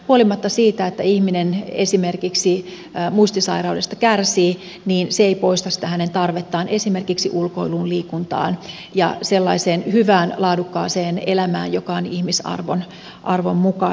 huolimatta siitä että ihminen esimerkiksi muistisairaudesta kärsii se ei poista sitä hänen tarvettaan esimerkiksi ulkoiluun liikuntaan ja sellaiseen hyvään laadukkaaseen elämään joka on ihmisarvon mukaista